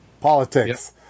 politics